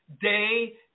day